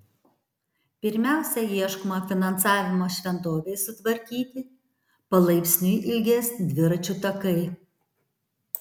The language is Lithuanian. pirmiausia ieškoma finansavimo šventovei sutvarkyti palaipsniui ilgės dviračių takai